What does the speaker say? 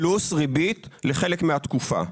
פלוס ריבית לחלק מהתקופה.